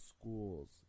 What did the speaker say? schools